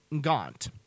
Gaunt